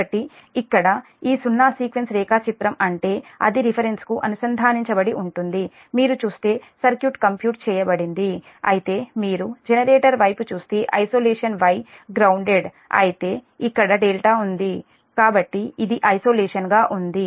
కాబట్టి ఇక్కడ ఈ సున్నా సీక్వెన్స్ రేఖాచిత్రం అంటే అది రిఫరెన్స్కు అనుసంధానించబడి ఉంటుంది మీరు చూస్తే సర్క్యూట్ కంప్యూట్ చేయబడింది అయితే మీరు జెనరేటర్ వైపు చూస్తే ఐసోలేషన్ Y గ్రౌన్దేడ్ అయితే ఇక్కడ ∆ ఉంది కాబట్టి ఇది ఐసోలేషన్ గా ఉంది